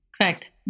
Correct